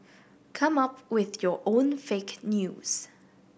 come up with your own fake news